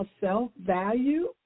self-value